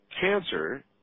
Cancer